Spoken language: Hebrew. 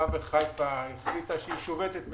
למשל, אם החברה בחיפה החליטה שהיא שובתת,